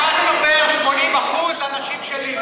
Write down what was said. החמאס אומר: 80% אנשים שלי.